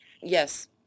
Yes